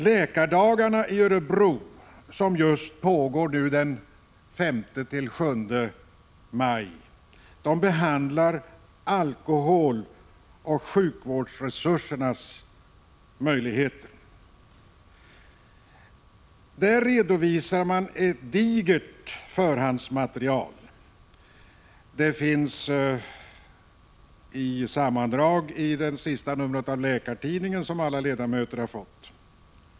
Läkardagarna i Örebro som pågår nu — den 5 till den 7 maj — behandlar alkohol och sjukvårdsresurserna. Ett digert förhandsmaterial redovisas — det finns i sammandrag i det senaste numret av Läkartidningen, som alla ledamöter har fått.